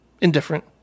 Indifferent